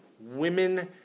Women